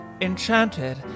Enchanted